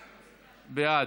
בעד.